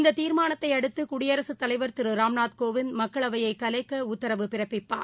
இந்ததிர்மானத்தையடுத்துகுடியரசுத் தலைவர் திருராம்நாத் கோவிந்த் மக்களவையைகலைக்கஉத்தரவு பிறப்பிப்பார்